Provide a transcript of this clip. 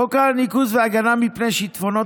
חוק הניקוז וההגנה מפני שיטפונות,